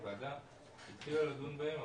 הוועדה התחילה לדון בהן,